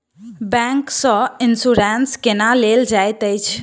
bank सँ insurance केना लेल जाइत अछि